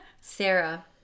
Sarah